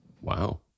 wow